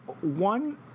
one